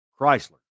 Chrysler